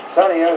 Sonny